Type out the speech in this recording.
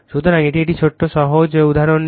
সুতরাং একটি ছোট একটি সহজ উদাহরণ নিন